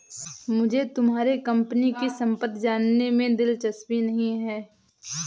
मुझे तुम्हारे कंपनी की सम्पत्ति जानने में दिलचस्पी नहीं है